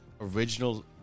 original